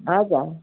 हजुर